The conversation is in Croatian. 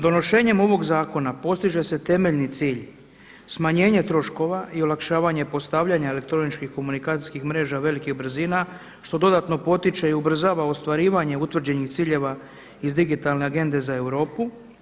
Donošenjem ovog zakona postiže se temeljni cilj smanjenje troškova i olakšavanje postavljanja elektroničkih komunikacijskih mreža velikih brzina što dodatno potiče i ubrzava ostvarivanje utvrđenih ciljeva iz Digitalne agende za Europu.